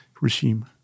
regime